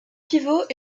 pivot